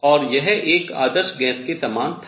और यह एक आदर्श गैस के समान था